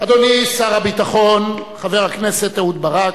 אדוני שר הביטחון, חבר הכנסת אהוד ברק,